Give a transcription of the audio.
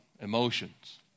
emotions